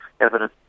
evidence